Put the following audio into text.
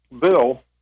bill